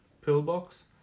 pillbox